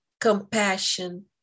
compassion